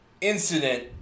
incident